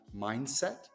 mindset